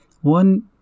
One